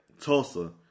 Tulsa